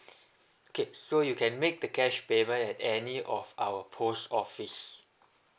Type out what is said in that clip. okay so you can make the cash payment at any of our post office